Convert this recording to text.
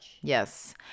Yes